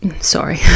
Sorry